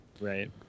right